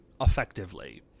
effectively